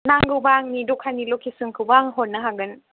नांगौब्ला आंनि दखाननि लकेसनखौबो आं हरनो हागोन